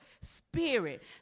spirit